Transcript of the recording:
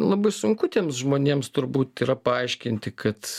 labai sunku tiems žmonėms turbūt yra paaiškinti kad